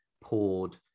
poured